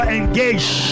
engage